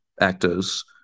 actors